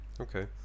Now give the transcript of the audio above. Okay